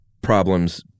problems